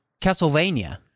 Castlevania